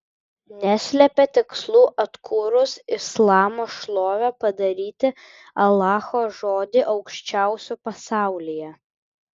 neslepia tikslų atkūrus islamo šlovę padaryti alacho žodį aukščiausiu pasaulyje